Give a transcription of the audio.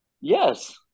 Yes